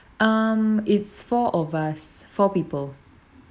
um it's four of us four people